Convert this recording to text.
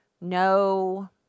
No